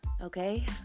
Okay